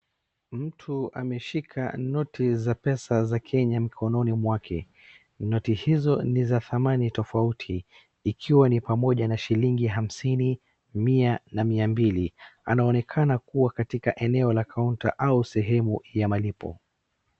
Mtu ameshika noti za pesa za Kenya mkononi mwake. Noti hizo ni za dhamani tofauti ikiwa ni pamoja na shilingi hamsini, mia na miambili. Anaonekana kuwa katika eneo la kaunta au sehemu ya malipo.